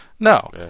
No